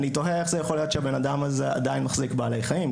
אני תוהה איך יכול להיות שהבן-אדם הזה עדיין מחזיק בעלי חיים,